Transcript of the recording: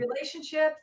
relationships